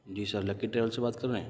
جی sir Lucky Travel سے بات کر رہے ہیں